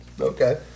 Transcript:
Okay